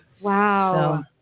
Wow